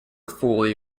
fully